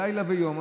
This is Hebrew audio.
לילה ויום,